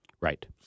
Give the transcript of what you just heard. Right